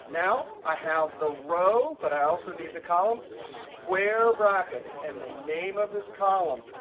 now i have the row, but i also need the columns, square brackets and the name of this column,